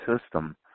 system